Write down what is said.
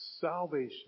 salvation